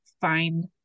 find